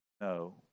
no